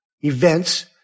events